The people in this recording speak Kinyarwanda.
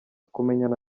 kumenyana